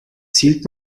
zielt